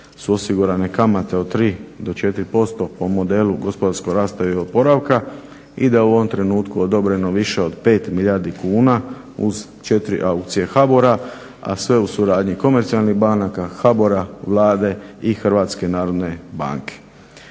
su osigurane kamate od 3 do 4% po modelu gospodarskog rasta i oporavka. I da je u ovom trenutku odobreno više od 5 milijardi kuna uz 4 aukcije HBOR-a, a sve u suradnji komercijalnih banaka, HBOR-a, Vlade i Hrvatske narodne banke.